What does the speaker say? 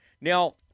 Now